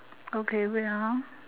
okay wait ah